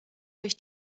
durch